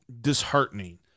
disheartening